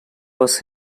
was